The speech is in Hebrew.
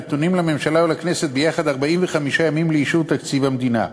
נתונים לממשלה ולכנסת ביחד 45 ימים לאישור תקציב המדינה.